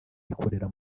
ikorera